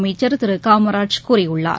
அமைச்சர் திருகாமராஜ் கூறியுள்ளார்